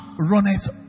runneth